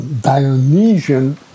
Dionysian